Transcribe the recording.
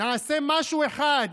נעשה משהו אחד,